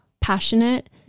passionate